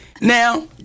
Now